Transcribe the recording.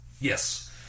Yes